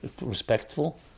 respectful